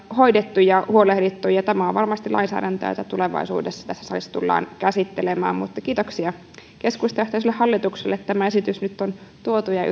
hoidettu ja siitä huolehdittu ja tämä on varmasti lainsäädäntöä jota tulevaisuudessa tässä salissa tullaan käsittelemään mutta kiitoksia keskustajohtoiselle hallitukselle että tämä esitys nyt on tuotu ja